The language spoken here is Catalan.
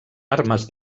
armes